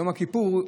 יום כיפור,